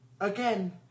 again